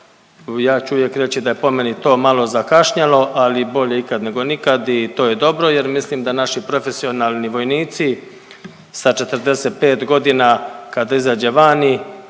ja ću uvijek reći da je po meni to malo zakašnjelo, ali bolje ikad nego nikad i to je dobro jer mislim da naši profesionalni vojnici sa 45 godina kada izađe vani,